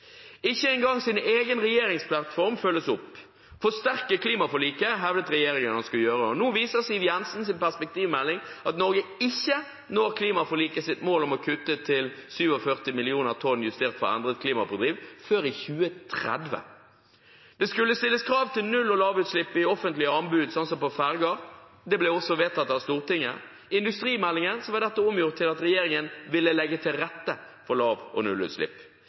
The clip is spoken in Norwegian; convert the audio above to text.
Ikke engang deres egen regjeringsplattform følges opp. Forsterke klimaforliket hevdet regjeringen den skulle gjøre. Nå viser Siv Jensens perspektivmelding at Norge ikke når klimaforlikets mål om å kutte til 47 millioner tonn justert for endret klimaprofil før i 2030. Det skulle stilles krav til null- og lavutslipp i offentlige anbud, slik som for ferjer. Det ble også vedtatt av Stortinget. I industrimeldingen var dette omgjort til at regjeringen ville legge til rette for lav- og nullutslipp.